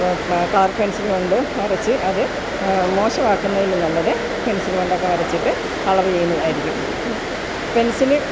colour pencil കൊണ്ടു വരച്ച് അത് മോശമാക്കുന്നതിലും നല്ലത് പെൻസില് കൊണ്ടൊക്കെ വരച്ചിട്ട് കളര് ചെയ്യുന്നതായിരിക്കും പെൻസില്